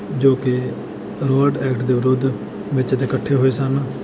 ਜੋ ਕਿ Rowlatt act ਦੇ ਵਿਰੁੱਧ ਵਿੱਚ ਇੱਥੇ ਇਕੱਠੇ ਹੋਏ ਸਨ